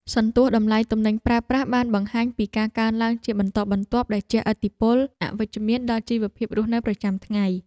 សន្ទស្សន៍តម្លៃទំនិញប្រើប្រាស់បានបង្ហាញពីការកើនឡើងជាបន្តបន្ទាប់ដែលជះឥទ្ធិពលអវិជ្ជមានដល់ជីវភាពរស់នៅប្រចាំថ្ងៃ។